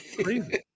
Crazy